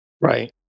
Right